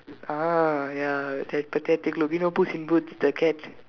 ah ya that pathetic look you know puss in boots that cat